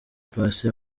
paccy